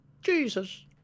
Jesus